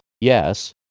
Yes